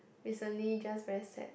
recently just very sad